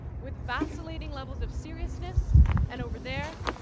with vacillating levels of seriousness and over there,